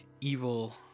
evil